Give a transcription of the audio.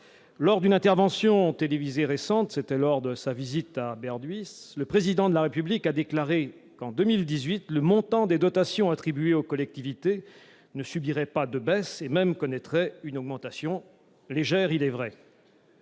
Lors d'une récente intervention télévisée, à l'occasion de sa visite à Berd'huis, le Président de la République a déclaré que, en 2018, le montant des dotations attribuées aux collectivités ne subirait pas de baisse, et connaîtrait même une augmentation, légère il est vrai.